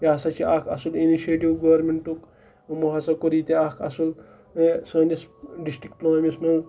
یہِ ہَسا چھِ اَکھ اَصٕل اِنِشیٹِو گورمٮ۪نٛٹُک یِمو ہَسا کوٚر ییٚتہِ اَکھ اَصٕل سٲنِس ڈِسٹِرٛک پُلوٲمِس منٛز